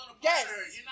Yes